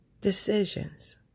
decisions